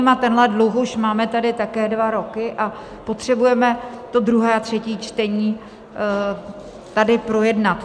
Tenhle dluh už máme tady také dva roky a potřebujeme to druhé a třetí čtení tady projednat.